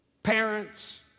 Parents